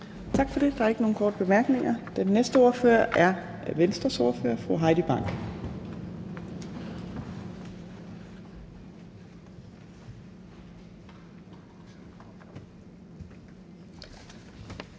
Tak for det. Der er ikke nogen korte bemærkninger. Den næste ordfører er Venstres ordfører, fru Heidi Bank.